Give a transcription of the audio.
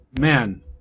man